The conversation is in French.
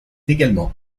également